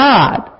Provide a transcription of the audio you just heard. God